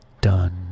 done